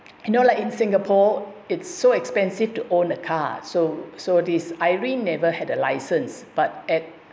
you know like in singapore it's so expensive to own a car so so this irene never had a license but at